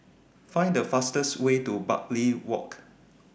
Find The fastest Way to Bartley Walk